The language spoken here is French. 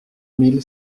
mille